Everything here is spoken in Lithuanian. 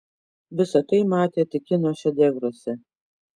visa tai matė tik kino šedevruose